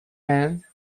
and